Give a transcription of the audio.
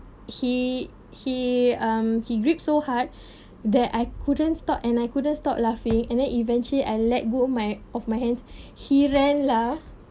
he he um he grip so hard that I couldn't stop and I couldn't stop laughing and then eventually I let go my of my hand he ran lah